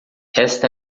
esta